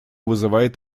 вызывает